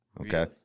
Okay